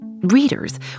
readers